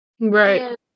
Right